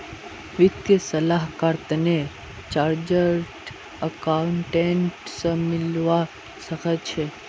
वित्तीय सलाहर तने चार्टर्ड अकाउंटेंट स मिलवा सखे छि